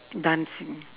dancing